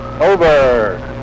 Over